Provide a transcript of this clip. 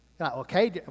okay